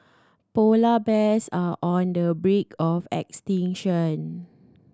polar bears are on the brink of extinction